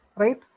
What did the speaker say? right